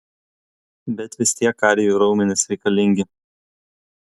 bet vis tiek kariui raumenys reikalingi